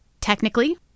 technically